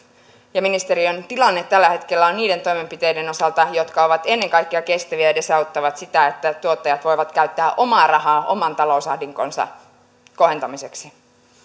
ja ministeriön tilanne tällä hetkellä on niiden toimenpiteiden osalta jotka ovat ennen kaikkea kestäviä ja edesauttavat sitä että tuottajat voivat käyttää omaa rahaa oman talousahdinkonsa kohentamiseksi